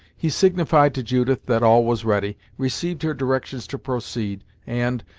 he signified to judith that all was ready, received her directions to proceed, and,